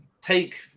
take